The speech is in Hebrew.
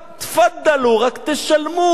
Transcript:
תפאדלו, רק תשלמו.